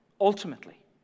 ultimately